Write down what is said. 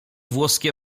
włoskie